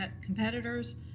competitors